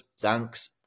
Thanks